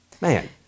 man